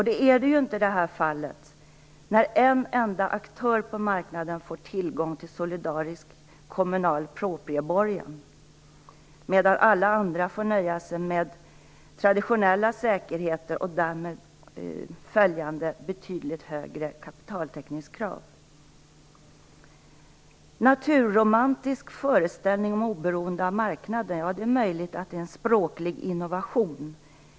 Det är det ju inte i det här fallet, när en enda aktör på marknaden får tillgång till solidarisk kommunal proprieborgen, medan alla andra får nöja sig med traditionella säkerheter och därmed följande betydligt högre kapitaltäckningskrav. "Naturromantisk föreställning" om "oberoende av marknaden" - ja, det är möjligt att det är en språklig innovation.